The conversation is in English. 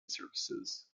services